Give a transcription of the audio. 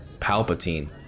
Palpatine